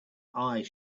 eyes